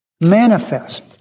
manifest